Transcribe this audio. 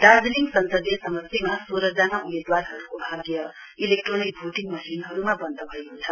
दार्जीलिङ संसदीय समष्टिमा सोह्र जना उम्मेदवारहरूको भाग्य इलेक्ट्रोनिक भोटिङ मशिनहरूमा बन्द भएको छ